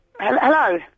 Hello